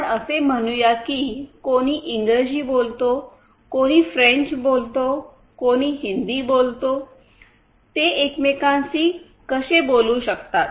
आपण असे म्हणूया की कोणी इंग्रजी बोलतो कोणी फ्रेंच बोलतो कोणी हिंदी बोलतो ते एकमेकांशी कसे बोलू शकतात